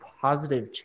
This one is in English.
positive